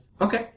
okay